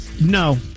No